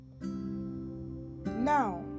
Now